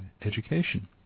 education